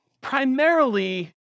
primarily